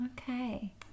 Okay